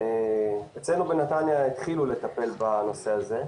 אצלנו בנתניה התחילו לטפל בנושא הזה,